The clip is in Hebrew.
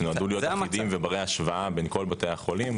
שנועדו להיות אחידים וברי השוואה בין כל בתי החולים.